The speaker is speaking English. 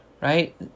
right